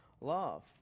love